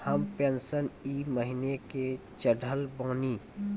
हमर पेंशन ई महीने के चढ़लऽ बानी?